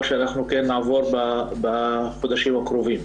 שאנחנו כן נעבוד בחודשים הקרובים.